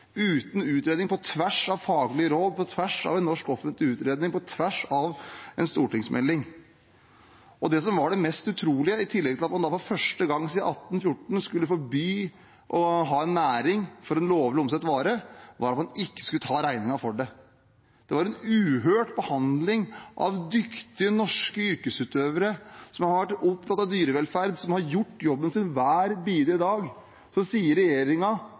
uten utredning, som gikk på tvers av faglige råd, på tvers av en norsk offentlig utredning, på tvers av en stortingsmelding. Det som var det mest utrolige, i tillegg til at man for første gang siden 1814 skulle forby en næring for en lovlig omsatt vare, var at man ikke skulle ta regningen for det. Det var en uhørt behandling av dyktige norske yrkesutøvere som har vært opptatt av dyrevelferd, som har gjort jobben sin hver bidige dag. Så sier